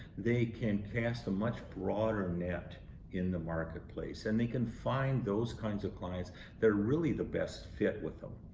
they can cast a much broader net in the marketplace. and they can find those kinds of clients at are really the best fit with them.